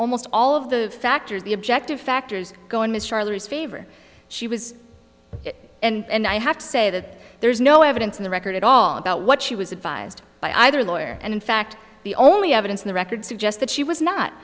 almost all of the factors the objective factors going miss charlotte is favor she was and i have to say that there's no evidence in the record at all about what she was advised by either lawyer and in fact the only evidence in the record suggests that she was not